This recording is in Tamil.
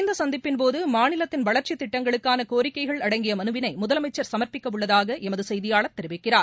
இந்த சந்திப்பின்போது மாநிலத்தின் வளர்ச்சித் திட்டங்களுக்கான கோரிக்கைகள் அடங்கிய மனுவினை முதலமைச்சர் சமர்ப்பிக்க உள்ளதாக எமது செய்தியாளர் தெரிவிக்கிறார்